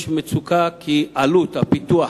יש מצוקה, כי עלות הפיתוח